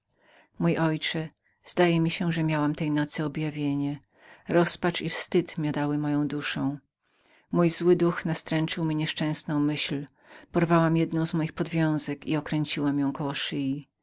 mój ojcze zdaje mi się że miałam tej nocy objawienie rozpacz i wstyd miotały moją duszą mój zły duch nastręczył mi nieszczęsną myśl porwałam sznurek i okręciłam go koło